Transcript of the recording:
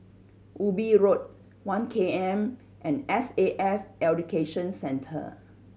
Ubi Road One K M and S A F Education Centre